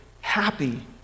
happy